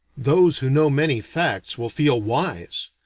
those who know many facts will feel wise!